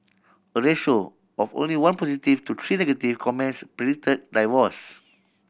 a ratio of only one positive to three negative comments predicted divorce